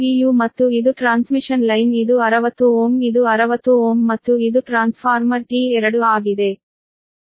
u ಮತ್ತು ಇದು transmission line ಇದು 60Ω ಇದು 60 Ω ಮತ್ತು ಇದು ಟ್ರಾನ್ಸ್ಫಾರ್ಮರ್ T2 ಆಗಿದೆ